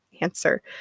answer